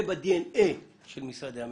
זה ב-DNA של המשרד הממשלתי.